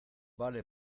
vale